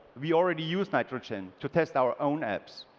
we already use nitrogen to test our own apps,